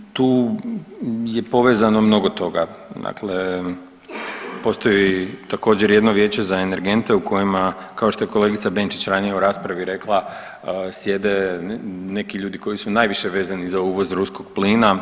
Tu je povezano mnogo toga, dakle postoji također jedno vijeće za energente u kojima, kao što je kolegica Benčić ranije u raspravi rekla, sjede neki ljudi koji su najviše vezani za uvoz ruskog plina.